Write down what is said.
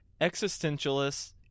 existentialist